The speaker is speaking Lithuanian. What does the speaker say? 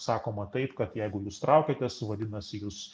sakoma taip kad jeigu jūs traukiatės vadinasi jūs